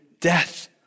death